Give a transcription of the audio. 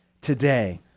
today